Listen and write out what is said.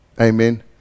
Amen